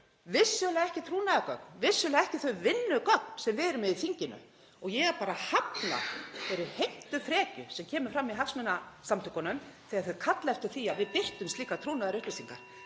vissulega ekki trúnaðargögn, vissulega ekki þau vinnugögn sem við erum með í þinginu — og ég bara hafna þeirri heimtufrekju sem kemur fram hjá hagsmunasamtökunum þegar þau kalla eftir því að við birtum slíkar trúnaðarupplýsingar.